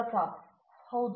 ವಿಶ್ವನಾಥನ್ ಹೌದು